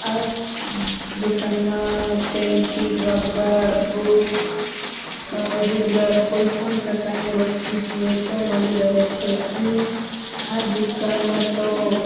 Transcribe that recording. આ દુકાનમાં pencil rubber book ગુંદર કોઈપણ પ્રકારની વસ્તુ જોઈએ તો મળી રહે છે અને આ દુકાનમાં તો